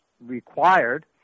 required